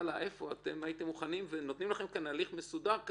הייתם מוכנים, ונותנים לכם כאן הליך מסודר.